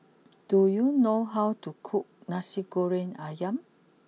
do you know how to cook Nasi Goreng Ayam